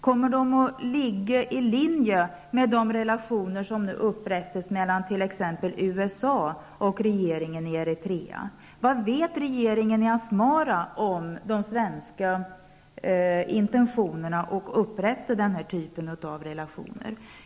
Kommer de att ligga i linje med de relationer som nu upprättas mellan t.ex. USA och regeringen i Eritrea? Vad vet regeringen i Asmara om de svenska intentionerna att upprätta den typen av relationer?